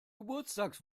geburtstags